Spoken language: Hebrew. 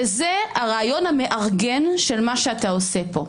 זה הרעיון המארגן של מה שאתה עושה כאן.